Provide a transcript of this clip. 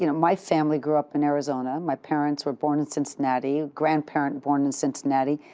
you know my family grew up in arizona, my parents were born in cincinnati, grandparents born in cincinnati.